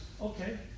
okay